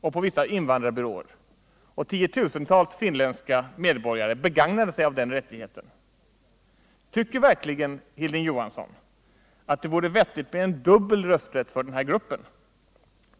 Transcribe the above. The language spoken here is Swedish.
och på vissa invandrarbyråer — och tiotusentals finländska medborgare begagnade sig av den rättigheten. Tycker verkligen Hilding Johansson att det vore vettigt med en dubbel rösträtt för den här gruppen?